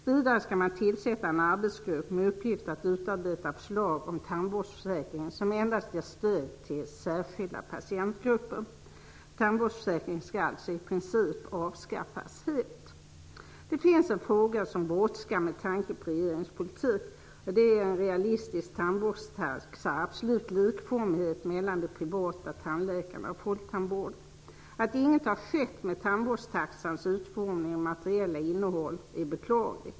Vidare skall man tillsätta en arbetsgrupp med uppgift att utarbeta förslag om tandvårdsföräkringen som endast ger stöd till särskilda patientgrupper. Tandvårdsförsäkringen skall alltså i princip avskaffas helt. Det finns en fråga som brådskar med tanke på regeringens politik. Det är frågan om en realistisk tandvårdstaxa och absolut likformighet mellan de privata tandläkarna och folktandvården. Att ingenting har skett med tandvårdstaxans utformning och materiella innehåll är beklagligt.